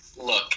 Look